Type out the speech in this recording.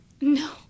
No